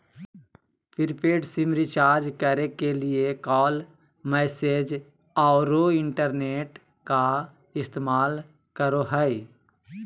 prepaid SIM recharge करे के लिए कॉल, मैसेज औरो इंटरनेट का इस्तेमाल करो हइ